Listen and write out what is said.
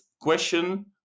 question